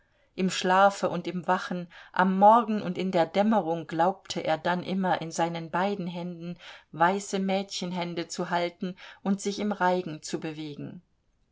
im schlafe und im wachen am morgen und in der dämmerung glaubte er dann immer in seinen beiden händen weiße mädchenhände zu halten und sich im reigen zu bewegen